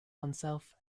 oneself